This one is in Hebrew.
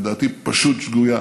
לדעתי פשוט שגויה.